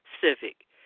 civic